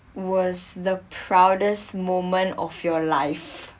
was the proudest moment of your life